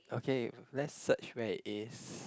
okay lets search where it is